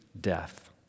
death